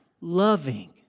loving